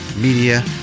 Media